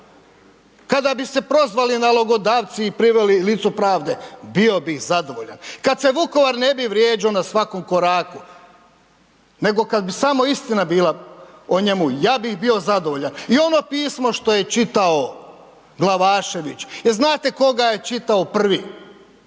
Kada bi se prozvali nalogodavci i prizvali licu pravde bio bih zadovoljan kad se Vukovar ne bi vrijeđo na svakom koraku nego kad bi samo istina bila o njemu ja bih bio zadovoljan i ono pismo što je čitao Glavašević, jel znate ko ga je čitao prvi?